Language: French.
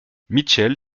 mitchell